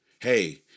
Hey